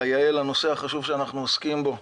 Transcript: כיאה לנושא החשוב שאנחנו עוסקים בו,